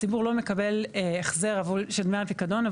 הציבור לא מקבל החזר של דמי הפיקדון